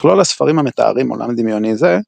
מכלול הספרים המתארים עולם דמיוני זה,